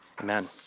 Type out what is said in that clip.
amen